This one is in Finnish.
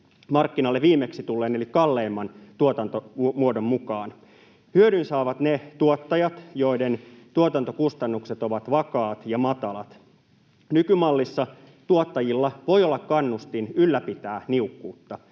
markkinoille viimeksi tulleen eli kalleimman tuotantomuodon mukaan. Hyödyn saavat ne tuottajat, joiden tuotantokustannukset ovat vakaat ja matalat. Nykymallissa tuottajilla voi olla kannustin ylläpitää niukkuutta.